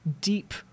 deep